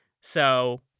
So-